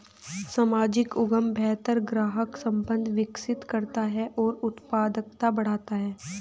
सामाजिक उद्यम बेहतर ग्राहक संबंध विकसित करता है और उत्पादकता बढ़ाता है